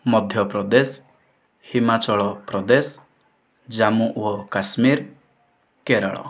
Madhya Pradesh Himachal Pradesh Jammu ଓ Kashmir Kerala